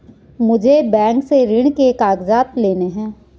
मुझे बैंक से ऋण के कागजात लाने हैं